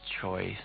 choice